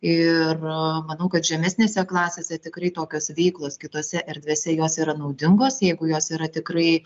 ir manau kad žemesnėse klasėse tikrai tokios veiklos kitose erdvėse jos yra naudingos jeigu jos yra tikrai